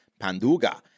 Panduga